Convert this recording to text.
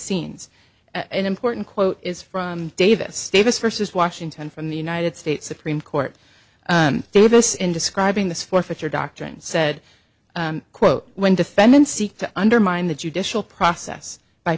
scenes and important quote is from davis davis versus washington from the united states supreme court davis in describing this forfeiture doctrine said quote when defendants seek to undermine the judicial process by